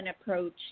approach